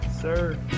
sir